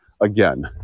again